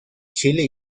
chile